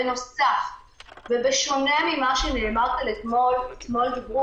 בנוסף ובשונה ממה שנאמר כאן אתמול אתמול דיברו